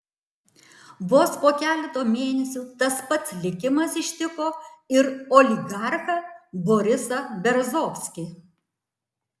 vos po keleto mėnesių tas pats likimas ištiko ir oligarchą borisą berezovskį